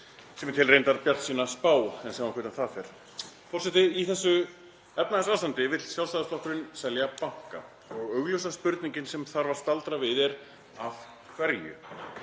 sem ég tel reyndar bjartsýna spá en sjáum hvernig það fer. Forseti. Í þessu efnahagsástandi vill Sjálfstæðisflokkurinn selja banka og augljósa spurningin sem þarf að staldra við er: Af hverju?